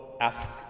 ask